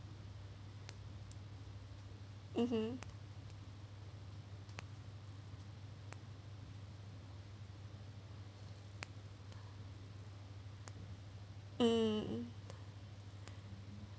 mmhmm mm